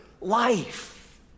life